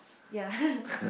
ya